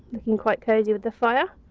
looking quite cosy with the fire.